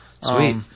Sweet